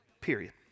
period